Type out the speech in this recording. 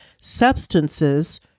substances